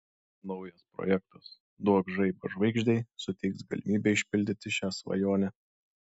naujas projektas duok žaibą žvaigždei suteiks galimybę išpildyti šią svajonę